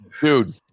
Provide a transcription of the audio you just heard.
Dude